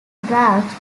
branch